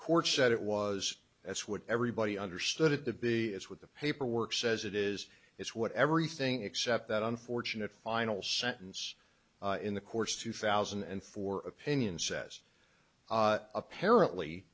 court said it was that's what everybody understood at the be as with the paperwork says it is it's what everything except that unfortunate final sentence in the court's two thousand and four opinion says apparently